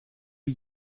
wie